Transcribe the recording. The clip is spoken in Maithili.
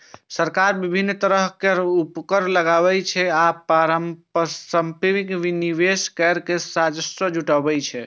सरकार विभिन्न तरहक कर, उपकर लगाके आ परिसंपत्तिक विनिवेश कैर के राजस्व जुटाबै छै